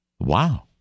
Wow